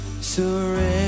surrender